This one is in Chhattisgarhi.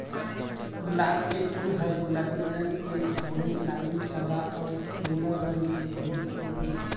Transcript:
गुलाब के फूल ह गुलाबी रंग के छोड़े लाली, सादा अउ पिंवरा रंग के घलोक होथे